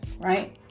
right